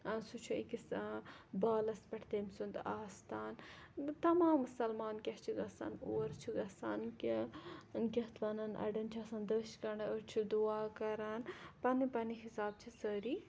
سُہ چھُ أکِس بالَس پٮ۪ٹھ تٔمۍ سُنٛد آستان تَمام مُسَلمان کیاہ چھِ گَژھان اور چھِ گَژھان کیاہ کیاہ اَتھ وَنان اَڈٮ۪ن چھِ آسان دٔشۍ گَنڈان أڈۍ چھِ دُعا کَران پَننہِ پَننہِ حِساب چھِ سٲری